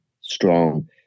strong